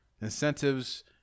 Incentives